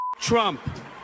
Trump